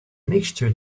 mixture